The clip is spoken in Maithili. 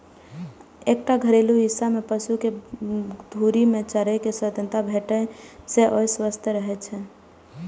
एकटा घेरल हिस्सा मे पशु कें घूमि कें चरै के स्वतंत्रता भेटै से ओ स्वस्थ रहै छै